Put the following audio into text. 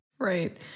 Right